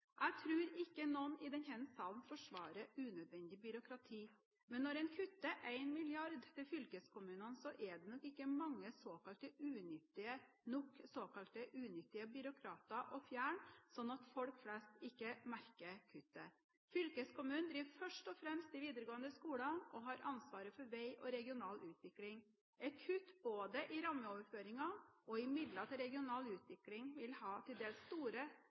Jeg tror ikke noen i denne salen forsvarer unødvendig byråkrati. Men når en kutter 1 mrd. kr til fylkeskommunene, er det nok ikke mange nok såkalte unyttige byråkrater å fjerne, sånn at folk flest ikke merker kuttet. Fylkeskommunene driver først og fremst de videregående skolene og har ansvaret for vei og regional utvikling. Et kutt både i rammeoverføringene og i midler til regional utvikling vil ha til dels store